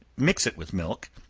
mix it with milk,